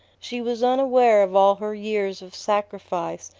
she was unaware of all her years of sacrifice,